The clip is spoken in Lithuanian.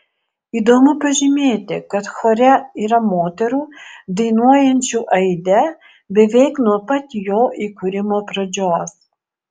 įdomu pažymėti kad chore yra moterų dainuojančių aide beveik nuo pat jo įkūrimo pradžios